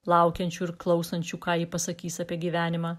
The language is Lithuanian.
laukiančių ir klausančių ką ji pasakys apie gyvenimą